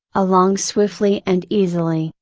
along swiftly and easily,